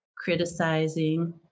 criticizing